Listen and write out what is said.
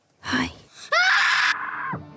Hi